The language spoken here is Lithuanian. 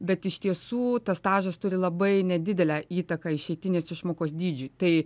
bet iš tiesų tas stažas turi labai nedidelę įtaką išeitinės išmokos dydžiui tai